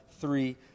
three